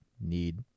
need